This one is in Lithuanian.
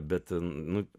bet nu